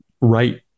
right